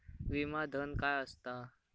विमा धन काय असता?